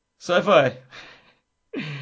Sci-fi